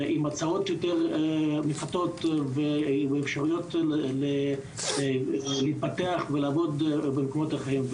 עם הצעות יותר מפתות ועם אפשרויות להתפתח ולעבוד במקומות אחרים.